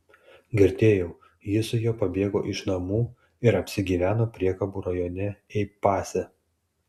girdėjau ji su juo pabėgo iš namų ir apsigyveno priekabų rajone ei pase